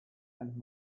and